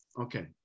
Okay